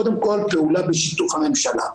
קודם כל פעולה בשיתוף הממשלה.